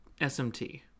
SMT